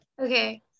okay